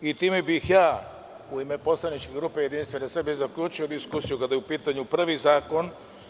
Time bih u ime poslaničke grupe Jedinstvena Srbija zaključio diskusiju kada je u pitanju prvi zakon.